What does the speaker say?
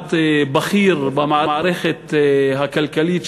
כמעט בכיר במערכת הכלכלית,